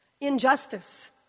injustice